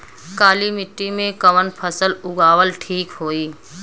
काली मिट्टी में कवन फसल उगावल ठीक होई?